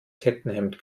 kettenhemd